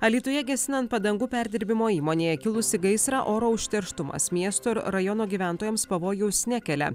alytuje gesinant padangų perdirbimo įmonėje kilusį gaisrą oro užterštumas miesto ir rajono gyventojams pavojaus nekelia